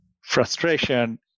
frustration